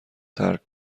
ترک